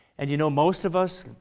and you know most of us,